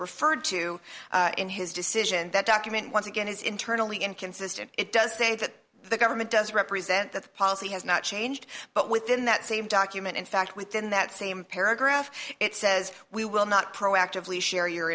referred to in his decision that document once again is internally inconsistent it does say that the government does represent that the policy has not changed but within that same document in fact within that same paragraph it says we will not proactively share your